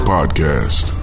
Podcast